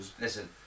listen